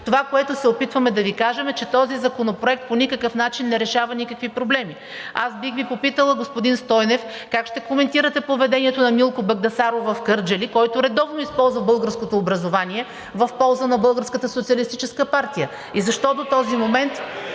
Това, което се опитваме да Ви кажем, е, че този законопроект по никакъв начин не решава никакви проблеми. Аз бих Ви попитала, господин Стойнев, как ще коментирате поведението на Милко Багдасаров в Кърджали, който редовно използва българското образование в полза на Българската социалистическа партия? (Възгласи от